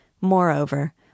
Moreover